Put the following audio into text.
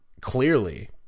clearly